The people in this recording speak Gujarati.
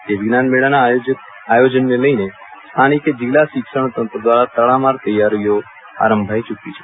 તે વિજ્ઞાન મેળાના આયોજનને લઈને સ્થાનિકે જીલ્લા શિક્ષણતંત્ર દ્વારા તડામાર તૈયારીઓ આરંભાઈ યુકી છે